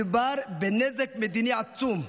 מדובר בנזק מדיני עצום,